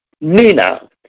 Nina